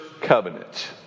covenant